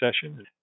session